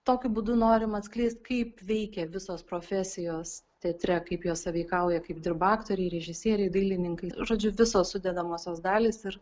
tokiu būdu norim atskleist kaip veikia visos profesijos teatre kaip jos sąveikauja kaip dirba aktoriai režisieriai dailininkai žodžiu visos sudedamosios dalys ir